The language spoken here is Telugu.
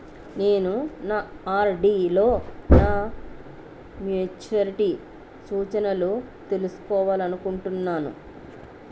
నేను నా ఆర్.డి లో నా మెచ్యూరిటీ సూచనలను తెలుసుకోవాలనుకుంటున్నాను